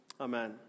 Amen